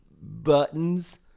buttons